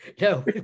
No